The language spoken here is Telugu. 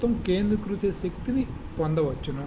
మొత్తం కేంద్రీకృత శక్తిని పొందవచ్చు